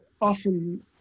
often